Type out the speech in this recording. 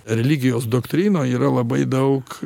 religijos doktrinoj yra labai daug